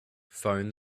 phone